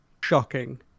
Shocking